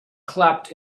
clapped